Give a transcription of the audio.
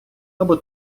або